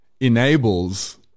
enables